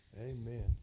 Amen